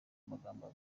magambo